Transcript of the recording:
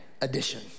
edition